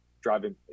driving